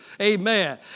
Amen